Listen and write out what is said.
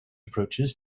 approaches